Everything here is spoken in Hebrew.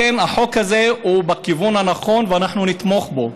לכן החוק הזה הוא בכיוון הנכון ואנחנו נתמוך בו.